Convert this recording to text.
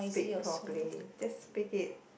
speak properly just speak it